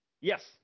Yes